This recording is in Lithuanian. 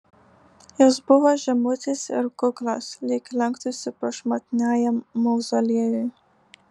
jos buvo žemutės ir kuklios lyg lenktųsi prašmatniajam mauzoliejui